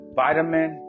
vitamin